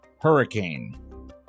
Hurricane